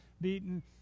beaten